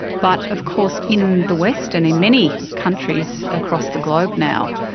but of course in the west and in many countries across the globe now,